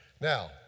Now